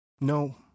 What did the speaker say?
No